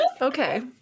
Okay